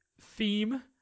theme